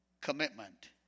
commitment